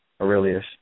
Aurelius